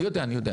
אני יודע.